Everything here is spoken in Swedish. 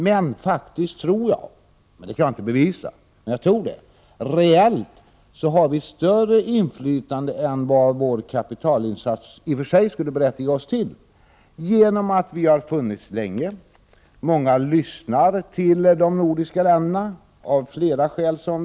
Men jag tror — även om jag inte kan bevisa det — att vi har större inflytande reellt än vad vår kapitalinsats skulle berättiga oss till, genom att vi har funnits länge och genom att många lyssnar till de nordiska länderna, av flera skäl.